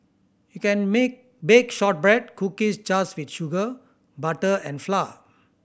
you can make bake shortbread cookies just with sugar butter and flour